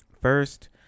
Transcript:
First